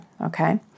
Okay